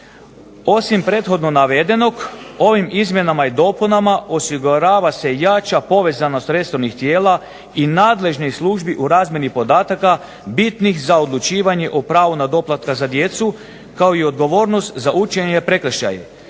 Osim prethodno navedenog ovim izmjenama i dopunama osigurava se jača povezanost resornih tijela i nadležnih službi u razmjeni podataka bitnih za odlučivanje o pravu na doplatka za djecu kao i odgovornost za učinjene prekršaje.